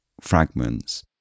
fragments